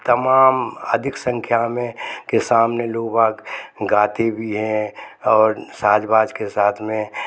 तमाम अधिक संख्या में के सामने लोग बाग गाते भी हैं और साज़ बाज़ के साथ में